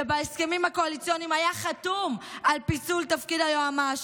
שבהסכמים הקואליציוניים היה חתום על פיצול תפקיד היועמ"ש,